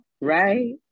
Right